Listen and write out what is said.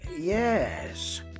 yes